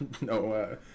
no